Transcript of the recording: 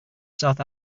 south